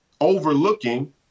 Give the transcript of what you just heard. overlooking